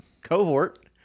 Cohort